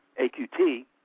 AQT